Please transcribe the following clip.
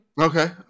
okay